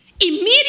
Immediately